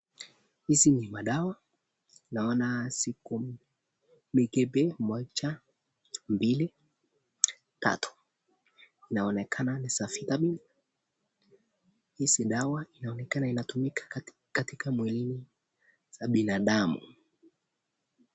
Hizi ni madawa. Naona ziko mikebe moja, mbili, tatu. Inaonekana ni vitamini. Hizi dawa inaonekana inatumika katika mwilini za binadamu.